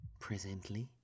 Presently